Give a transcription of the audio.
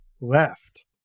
Left